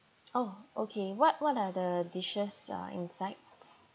oh okay what what are the dishes uh inside